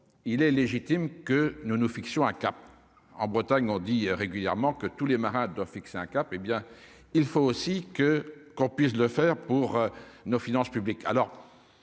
il est légitime que nous nous fixons un cap en Bretagne on dit régulièrement que tous les marins doivent fixer un cap, hé bien il faut aussi que, qu'on puisse le faire pour nos finances publiques,